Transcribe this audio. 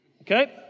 Okay